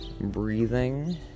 Breathing